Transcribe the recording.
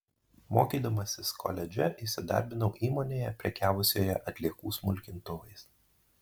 mokydamasis koledže įsidarbinau įmonėje prekiavusioje atliekų smulkintuvais